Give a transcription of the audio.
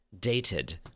Dated